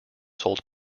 sold